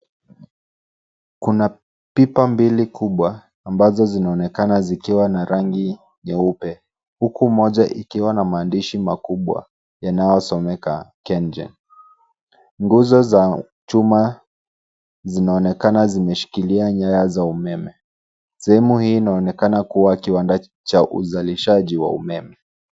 Kuna pipa mbili kubwa ambazo zinaonekana zikiwa na rangi nyeupe huku moja ikiwa na maandishi makubwa yanayosomeka Kengen . Nguzo za chuma zinaonekana zimeshikilia nyaya za umeme. Sehemu hii inaonekana kuwa kiwanda cha uzalishaji wa umeme.